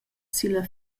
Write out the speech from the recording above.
silla